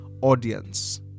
audience